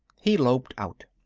he loped out.